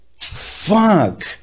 fuck